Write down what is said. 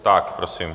Tak prosím.